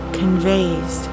conveys